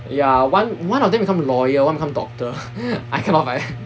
ya one one of them become lawyer one become doctor I cannot fight